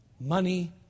money